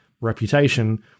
reputation